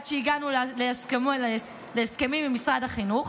עד שהגענו להסכמות עם משרד החינוך.